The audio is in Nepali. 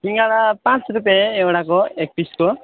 सिङ्गडा पाँच रुपियाँ एउटाको एक पिसको